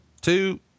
two